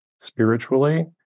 spiritually